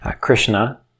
Krishna